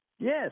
Yes